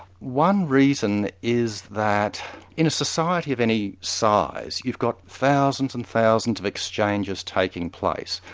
one reason is that in a society of any size, you've got thousands and thousands of exchanges taking place,